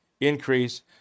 increase